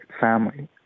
family